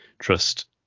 trust